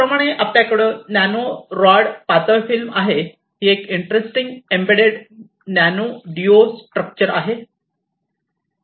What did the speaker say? त्याचप्रमाणे आपल्याकडे nano rod पातळ फिल्म आहे ही एक interesting embedded nano duo structure आहे